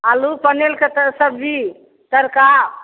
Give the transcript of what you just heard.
आलू पनीरके सबजी तड़का